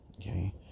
okay